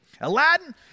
Aladdin